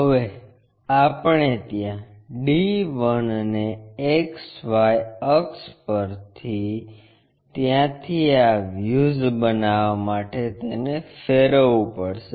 હવે આપણે ત્યાં d 1 ને XY અક્ષ પર ત્યાંથી આ વ્યૂઝ બનાવવા માટે તેને ફેરવવું પડશે